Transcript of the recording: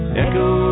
echo